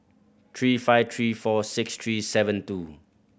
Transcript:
three five three four six three seven two